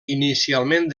inicialment